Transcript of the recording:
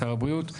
שר הבריאות.